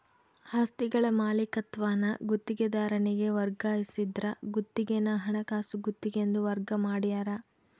ಆಸ್ತಿಗಳ ಮಾಲೀಕತ್ವಾನ ಗುತ್ತಿಗೆದಾರನಿಗೆ ವರ್ಗಾಯಿಸಿದ್ರ ಗುತ್ತಿಗೆನ ಹಣಕಾಸು ಗುತ್ತಿಗೆ ಎಂದು ವರ್ಗ ಮಾಡ್ಯಾರ